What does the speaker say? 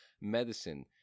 medicine